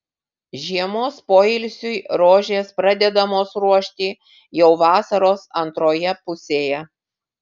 žiemos poilsiui rožės pradedamos ruošti jau vasaros antroje pusėje